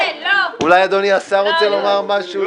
אולי אדוני השר רוצה לומר משהו?